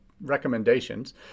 recommendations